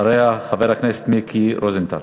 ואחריה, חבר הכנסת מיקי רוזנטל.